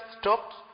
stopped